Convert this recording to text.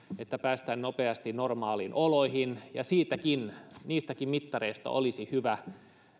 että päästään nopeasti normaaleihin oloihin ja niistäkin mittareista olisi hyvä